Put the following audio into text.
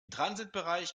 transitbereich